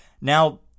Now